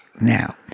now